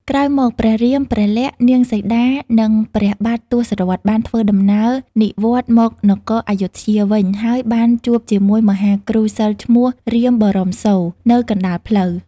ក្រោយមកព្រះរាម ព្រះក្សណ៍ នាងសីតានិងព្រះបាទ ទសរថបានធ្វើដំណើរនិវត្តន៍មកនគរព្ធយុធ្យាវិញ ហើយបានជួបជាមួយមហាគ្រូសិល្ប៍ឈ្មោះ រាមបរមសូរ នៅកណ្តាលផ្លូវ។